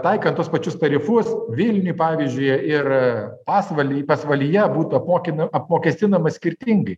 taikant tuos pačius tarifus vilniuj pavyzdžiui ir pasvalį pasvalyje būtų apmokinama apmokestinamas skirtingai